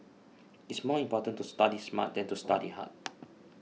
it is more important to study smart than to study hard